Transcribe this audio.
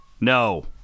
No